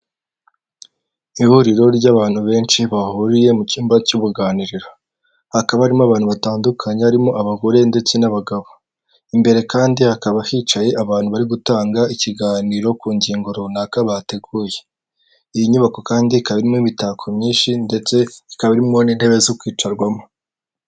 Ihuriro ry'abantu benshi bahuriye mu cyumba cy'uruganiriro, hakaba harimo abantu batandukanye, harimo abagore ndetse n'abagabo, imbere kandi hakaba hicaye abantu bari gutanga ikiganiro ku ngingo runaka bateguye. Iyi nyubako kandi ikaba irimo imitako myinshi ndetse ikaba irimo n'intebe zo kwicarwamo.